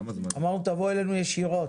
אמרנו תבואו אלינו ישירות,